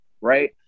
right